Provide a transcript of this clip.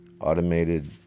automated